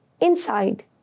Inside